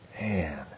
man